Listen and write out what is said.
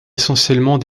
essentiellement